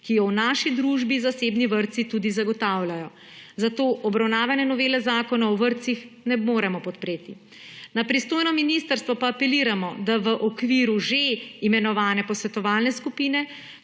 ki jo v naši družbi zasebni vrtci tudi zagotavljajo. Zato obravnavane novele Zakona o vrtcih ne moremo podpreti. Na pristojno ministrstvo pa apeliramo, da v okviru že imenovane posvetovalne skupine,